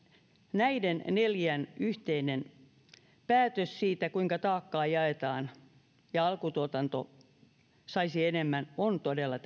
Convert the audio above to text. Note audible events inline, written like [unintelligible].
näiden neljän yhteinen päätös siitä kuinka taakkaa jaetaan ja alkutuotanto saisi enemmän on todella [unintelligible]